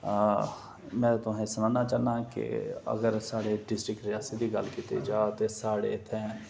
में तुसेंगी सनाना चाह्न्ना के अगर साढ़े डिस्ट्रिक्ट रियासी दी गल्ल कीती जा ते साढ़े इत्थें